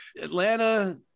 atlanta